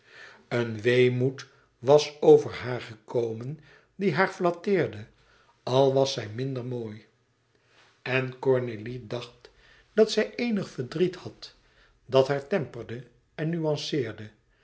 een weemoed was over haar gekomen die haar flatteerde al was zij minder mooi en cornélie dacht dat zij eenig verdriet had dat haar temperde en nuanceerde